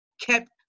kept